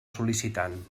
sol·licitant